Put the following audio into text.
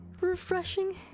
refreshing